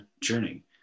journey